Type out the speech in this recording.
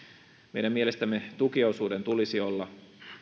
meidän mielestämme tukiosuuden tulisi olla